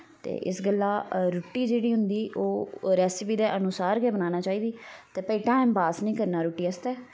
ते इस गल्ला रुट्टी जेह्ड़ी होंदी ओह् रैसिपी दे अनुसार गै बनानी चाहिदी ते भाई टाईम पास निं करना रुट्टी आस्तै